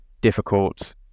difficult